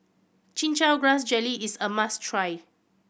Chin Chow Grass Jelly is a must try